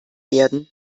werden